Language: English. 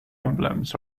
emblems